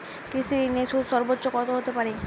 কৃষিঋণের সুদ সর্বোচ্চ কত হতে পারে?